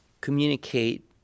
communicate